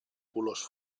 colors